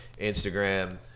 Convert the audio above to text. Instagram